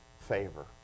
favor